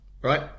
Right